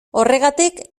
horregatik